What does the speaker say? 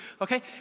okay